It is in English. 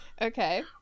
Okay